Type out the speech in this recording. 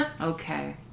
Okay